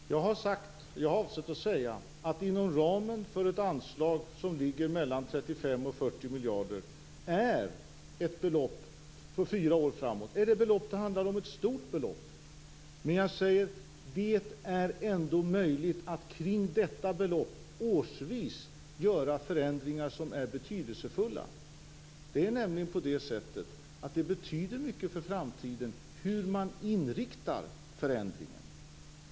Fru talman! Jag har inte använt det uttrycket. Jag har sagt, och jag har avsett att säga, att inom ramen för ett anslag som ligger mellan 35 och 40 miljarder för fyra år framåt så är det belopp som det handlar om ett stort belopp. Men jag säger också: Det är ändå möjligt att kring detta belopp årsvis göra förändringar som är betydelsefulla. Det betyder nämligen mycket för framtiden hur man inriktar förändringen.